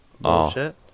bullshit